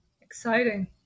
exciting